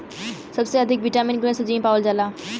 सबसे अधिक विटामिन कवने सब्जी में पावल जाला?